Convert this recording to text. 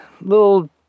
little